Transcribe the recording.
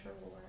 war